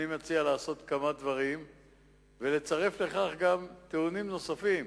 אני מציע לעשות כמה דברים ולצרף לכך גם טיעונים נוספים.